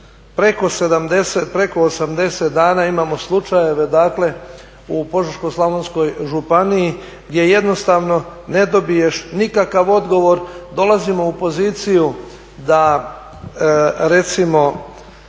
Preko 80 dana imamo slučajeve dakle u Požeško-slavonskoj županiji gdje jednostavno ne dobiješ nikakav odgovor. Dolazimo u poziciju da recimo